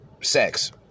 sex